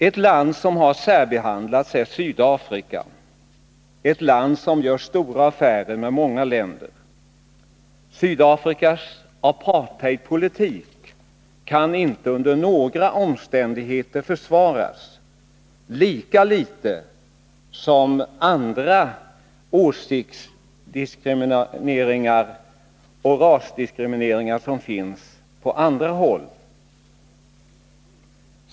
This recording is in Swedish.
Ett land som har särbehandlats är Sydafrika — ett land som har stora affärer med många länder. Sydafrikas apartheidpolitik kan inte under några omständigheter försvaras, lika litet som åsiktsdiskrimineringar och rasdiskrimineringar på andra håll.